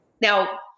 now